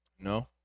no